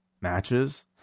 matches